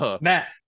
Matt